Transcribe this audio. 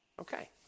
okay